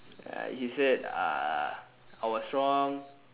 uh he said uh I was wrong